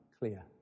clear